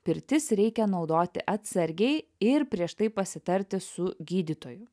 pirtis reikia naudoti atsargiai ir prieš tai pasitarti su gydytoju